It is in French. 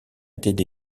étaient